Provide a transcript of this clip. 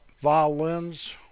violins